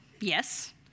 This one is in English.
yes